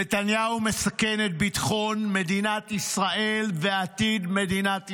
נתניהו מסכן את ביטחון מדינת ישראל ועתיד מדינת ישראל.